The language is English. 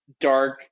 dark